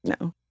No